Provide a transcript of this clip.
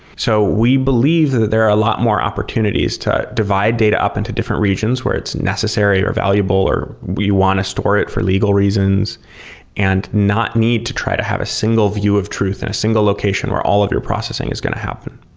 so we believe that there are a lot more opportunities to divide data up into different regions where it's necessary or valuable or you want to store it for legal reasons and not need to try to have a single view of truth in and a single location where all of your processing is going to happen,